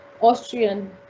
Austrian